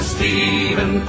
Stephen